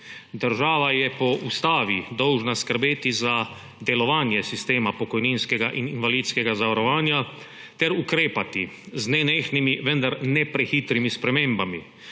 Država je po ustavi dolžna skrbeti za delovanje sistema pokojninskega in invalidskega zavarovanja ter ukrepati z nenehnimi, vendar ne prehitrimi spremembami.